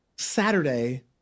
Saturday